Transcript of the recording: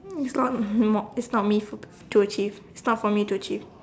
um it's not mo~ it's not me to achieve it's not for me to achieve